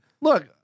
Look